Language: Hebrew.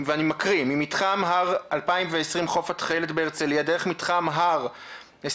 ואני מקריא "ממתחם הר/2020 חוף התכלת בהרצליה דרך מתחם הר/2030